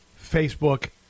Facebook